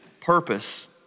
purpose